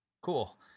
Cool